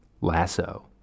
lasso